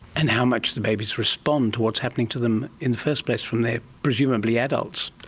and how much the babies respond to what's happening to them in the first place from their presumably adults.